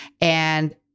And-